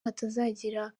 hatazagira